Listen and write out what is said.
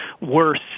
worse